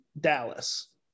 Dallas